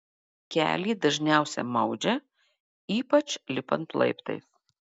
kelį dažniausiai maudžia ypač lipant laiptais